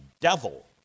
devil